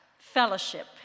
Fellowship